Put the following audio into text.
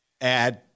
add